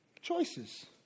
Choices